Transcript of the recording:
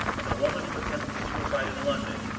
and the woman who attempted suicide in london,